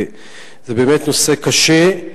וזה באמת נושא קשה,